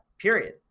Period